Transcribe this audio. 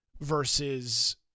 Versus